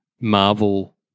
Marvel